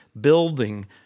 building